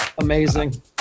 amazing